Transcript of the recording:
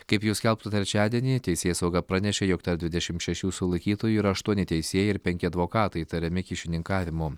kaip jau skelbta trečiadienį teisėsauga pranešė jog tarp dvidešimt šešių sulaikytųjų yra aštuoni teisėjai ir penki advokatai įtariami kyšininkavimu